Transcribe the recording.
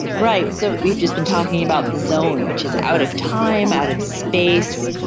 right, so we've just been talking about the zone which is out of time, out of space,